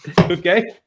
Okay